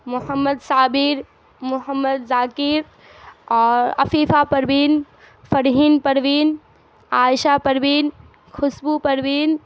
محمد صابر محمد ذاکر اور عفیفہ پروین فرہین پروین عائشہ پروین خوشبو پروین